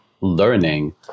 learning